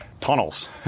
tunnels